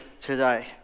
today